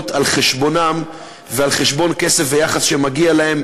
על חשבונם ועל חשבון כסף ויחס שמגיעים להם,